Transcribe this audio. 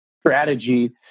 strategy